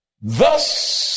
Thus